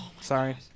Sorry